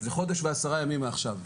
זה חודש ועשרה ימים מעכשיו.